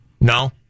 No